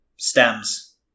stems